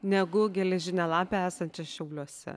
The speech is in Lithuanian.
negu geležinę lapę esančią šiauliuose